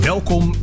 Welkom